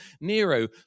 Nero